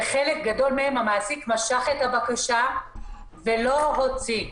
בחלק גדול מהן המעסיק משך את הבקשה ולא הוציא.